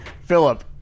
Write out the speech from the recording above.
Philip